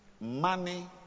Money